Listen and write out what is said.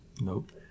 nope